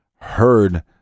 heard